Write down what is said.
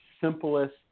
simplest